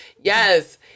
Yes